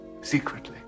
secretly